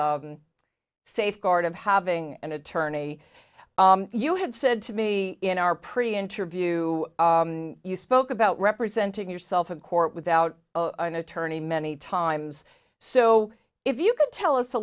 safeguard of having an attorney you had said to me in our pretty interview you spoke about representing yourself in court without an attorney many times so if you could tell us a